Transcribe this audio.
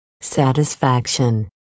Satisfaction